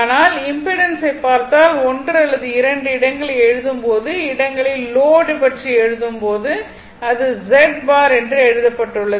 ஆனால் இம்பிடன்ஸை பார்த்தால் ஒன்று அல்லது இரண்டு இடங்களை எழுதும் போது இடங்களில் லோட் பற்றி எழுதும் போது அது என்று எழுதப்பட்டுள்ளது